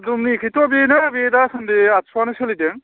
दुमनिथिथ' बेनो बे दा सानदि आट छ'आनो सोलिदों